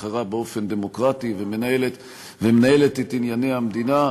נבחרה באופן דמוקרטי ומנהלת את ענייני המדינה,